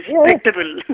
respectable